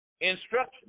instruction